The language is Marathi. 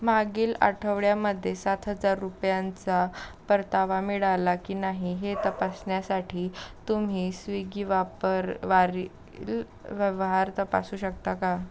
मागील आठवड्यामध्ये सात हजार रुपयांचा परतावा मिळाला की नाही हे तपासण्यासाठी तुम्ही स्विगी वापर वारी इल व्यवहार तपासू शकता का